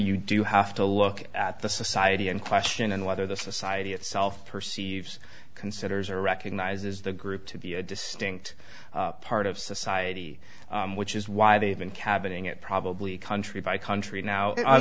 you do have to look at the society in question and whether the society itself perceives considers or recognizes the group to be a distinct part of society which is why they have been cabinet probably country by country now